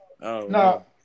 No